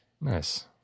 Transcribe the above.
Nice